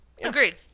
Agreed